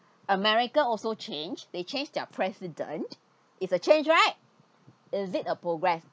america also changed they changed their president is a change right is it a progress